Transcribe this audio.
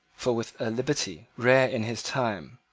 for, with a liberty rare in his time,